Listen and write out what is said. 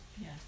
Yes